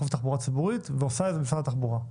תחבורה ציבורית ועושה את זה משרד התחבורה,